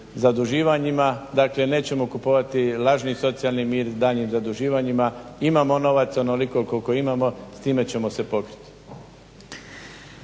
zaduživanjima, dakle nećemo kupovati lažni socijalni mir daljnjim zaduživanjima. Imamo novaca onoliko koliko imamo, s time ćemo se pokriti.